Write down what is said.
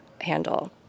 handle